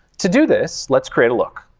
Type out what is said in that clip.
to do this, let's create a look.